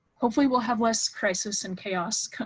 hopefully, we'll have less crisis and chaos,